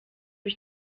ich